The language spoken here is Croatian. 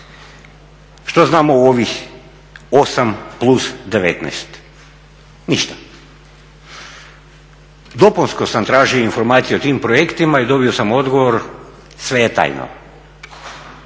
Što znamo o ovih 8+19? Ništa. Dopunsko sam tražio informaciju o tim projektima i dobio sam odgovor sve je tajno.